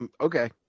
okay